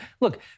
Look